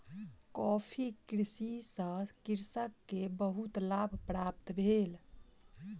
coffee कृषि सॅ कृषक के बहुत लाभ प्राप्त भेल